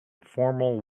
formal